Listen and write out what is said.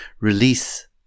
release